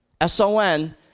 S-O-N